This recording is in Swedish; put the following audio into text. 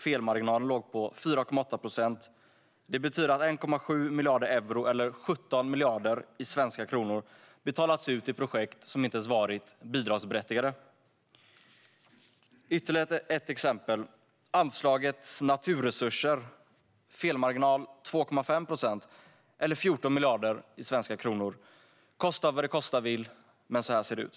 Felmarginalen låg på 4,8 procent. Det betyder att 1,7 miljarder euro, eller 17 miljarder svenska kronor, betalats ut till projekt som inte ens varit bidragsberättigade. Jag ska ge ytterligare ett exempel. Det gäller anslaget för naturresurser. Felmarginalen var 2,5 procent eller 14 miljarder svenska kronor. Kosta vad det kosta vill, men så ser det ut.